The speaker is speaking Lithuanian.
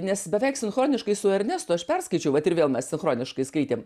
nes beveik sinchroniškai su ernestu aš perskaičiau vat ir vėl mes sinchroniškai skaitėm